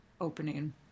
opening